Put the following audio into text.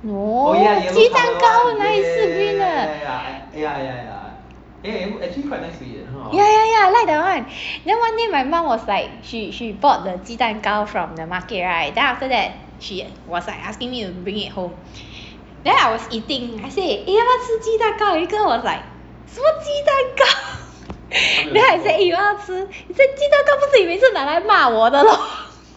no 鸡蛋糕哪里是 green 的 ya ya ya I like that one then one day my mum was like she she bought the 鸡蛋糕 from the market right then after that she was like asking me to bring it home then I was eating I say eh 要不要吃鸡蛋糕 erica was like 什么鸡蛋糕 then I say eh 要不要吃 she say 鸡蛋糕不是你们每次拿来骂我的 lor